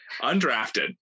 Undrafted